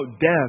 death